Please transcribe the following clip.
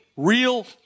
Real